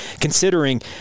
considering